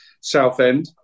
Southend